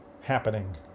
happening